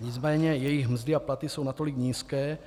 Nicméně jejich mzdy a platy jsou natolik nízké